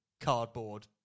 cardboard